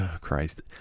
Christ